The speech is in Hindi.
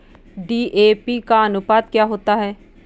डी.ए.पी का अनुपात क्या होता है?